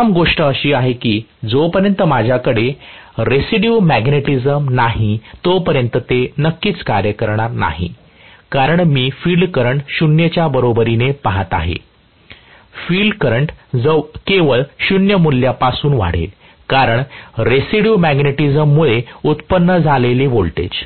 प्रथम गोष्ट अशी आहे की जोपर्यंत माझ्याकडे रेसिड्यू मॅग्नेटिझम नाही तोपर्यंत ते नक्कीच कार्य करणार नाही कारण मी फिल्ड करंट 0 च्या बरोबरीने पहात आहे फील्ड करंट केवळ 0 मूल्यापासून वाढेल कारण रेसिड्यू मॅग्नेटिझममुळे उत्पन्न झालेले व्होल्टेज